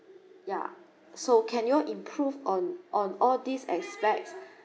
yeah so can you all improve on on all these aspects